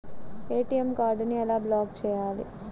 ATM కార్డుని ఎలా block చేయాలి?